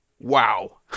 Wow